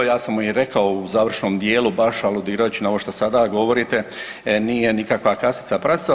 Ja sam mu i rekao u završnom dijelu baš aludirajući na ovo što sada govorite nije nikakva kasica prasica.